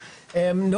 טוב.